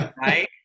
right